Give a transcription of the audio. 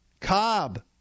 Cobb